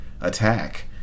attack